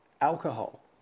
alcohol